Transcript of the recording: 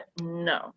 no